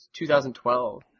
2012